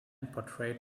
portrayed